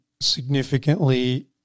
significantly